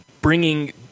bringing